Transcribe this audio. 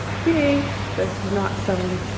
okay, this is not sewn.